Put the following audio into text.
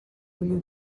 bulliu